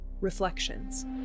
Reflections